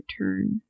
turn